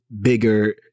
bigger